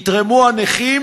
יתרמו הנכים,